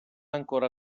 ancora